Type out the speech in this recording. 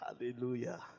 Hallelujah